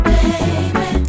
Baby